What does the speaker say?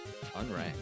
unranked